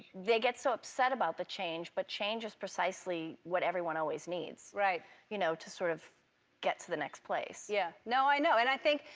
they get so upset about the change, but change is precisely what everyone always needs. right. you know to sort of get to the next place. yeah. no i know, and i think,